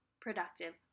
productive